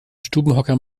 stubenhocker